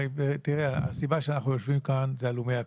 הרי, הסיבה שאנחנו יושבים כאן היא הלומי הקרב.